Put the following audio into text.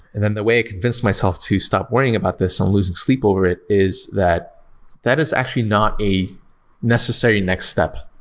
then the way i convince myself to stop worrying about this and losing sleep over it is that that is actually not a necessary next step.